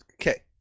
Okay